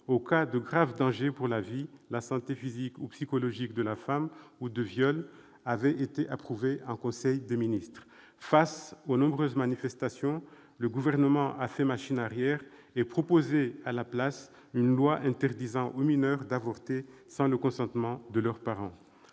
aux cas de grave danger pour la vie, la santé physique ou psychologique de la femme ou de viol avait été approuvé en conseil des ministres. Face aux nombreuses manifestations, le gouvernement espagnol a fait machine arrière en proposant un texte interdisant aux mineures d'avorter sans le consentement de leurs parents.